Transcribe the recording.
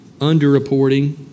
underreporting